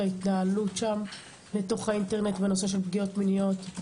ההתנהלות שם בתוך האינטרנט בנושא של פגיעות מיניות.